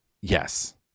Yes